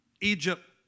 Egypt